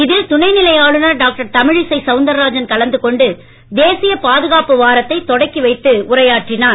இதில் துணை நிலை ஆளுநர் டாக்டர் தமிழிசை சௌந்தரராஜன் கலந்துகொண்டு தேசிய பாதுகாப்பு வாரத்தை தொடக்கி வைத்து உரையாற்றினார்